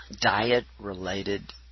diet-related